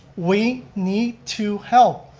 we need to help,